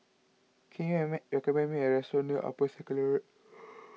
can you remake recommend me a restaurant near Upper Circular